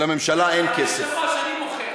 שלממשלה אין כסף, היושב-ראש, אני מוחה.